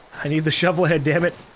i need the shovel head, dammit.